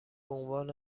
بعنوان